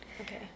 Okay